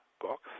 box